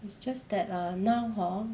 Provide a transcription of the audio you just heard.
it's just that uh now hor